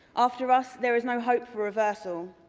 after us there is no hope for reversal.